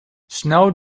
snow